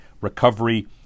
recovery